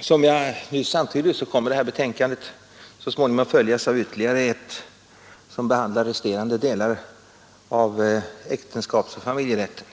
Som jag nyss antydde kommer det nu framlagda betänkandet från familjelagssakkunniga så småningom att följas av ytterligare ett, som behandlar resterande delar av äktenskapsoch familjerätten.